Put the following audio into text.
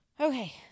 Okay